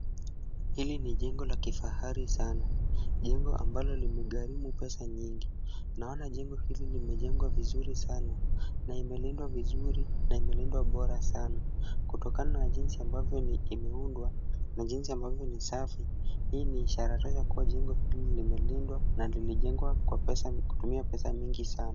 Hili ni jengo la kifahari sana. Jengo ambalo limegharimu pesa nyingi. Naona jengo hili limejengwa vizuri sana na imelindwa vizuri na imelindwa bora sana. Kutokana na jinsi ambavyo imeundwa na jinsi ambavyo ni safi . Hii ni ishara tosha kuwa jengo hili limelindwa na lilijengwa kutumia pesa nyingi sana.